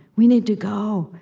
we need to go!